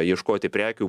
ieškoti prekių